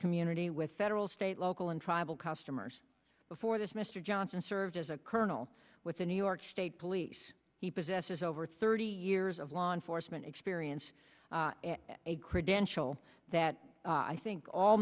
community with federal state local and tribal customers before this mr johnson served as a colonel with the new york state police he possesses over thirty years of law enforcement experience a credential that i think all